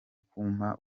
kumpa